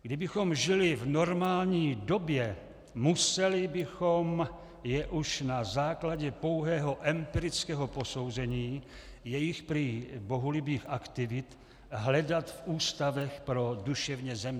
Kdybychom žili v normální době, museli bychom je už na základě pouhého empirického posouzení jejich prý bohulibých aktivit hledat v ústavech pro duševně zemdlelé.